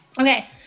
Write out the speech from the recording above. Okay